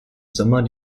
sommer